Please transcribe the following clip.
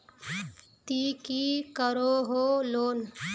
ती की करोहो लोन?